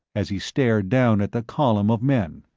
as he stared down at the column of men.